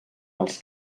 dels